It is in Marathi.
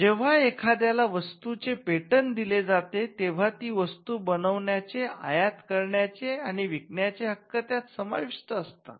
जेंव्हा एखाद्याला वस्तूचे पेटंट दिले जाते तेंव्हा ती वस्तू बनवण्याचे आयात करण्याचे आणि विकण्याचे हक्क त्यात समाविष्ट असतात